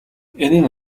энэ